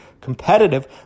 competitive